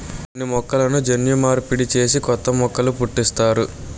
కొన్ని మొక్కలను జన్యు మార్పిడి చేసి కొత్త మొక్కలు పుట్టిస్తారు